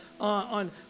on